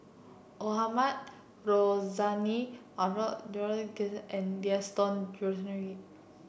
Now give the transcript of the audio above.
Mohamed Rozani and Gaston Dutronquoy